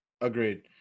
Agreed